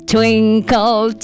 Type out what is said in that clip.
Twinkle